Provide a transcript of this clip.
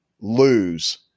lose